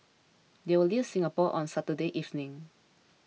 they will leave Singapore on Saturday evening